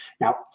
Now